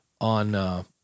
on